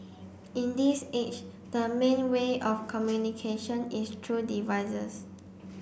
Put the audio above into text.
in this age the main way of communication is through devices